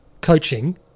coaching